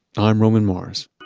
i'm roman mars